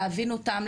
להבין אותם,